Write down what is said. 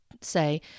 say